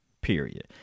period